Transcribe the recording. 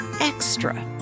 extra